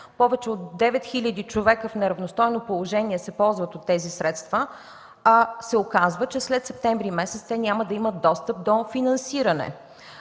девет хиляди човека в неравностойно положение се ползват от тези средства, а се оказва, че след месец септември те няма да имат достъп до финансиране.